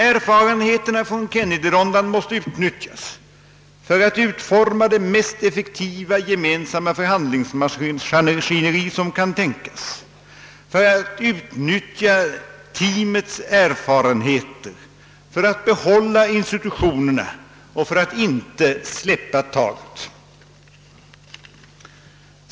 Erfarenheterna från Kennedyronden måste utnyttjas för att utforma det mest effektiva gemensamma förhandlingsmaskineri som kan tänkas, för att utnyttja teamets erfarenheter, för att behålla institutionerna och för att inte släppa taget.